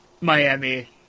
Miami